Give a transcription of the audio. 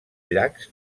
llacs